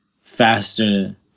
faster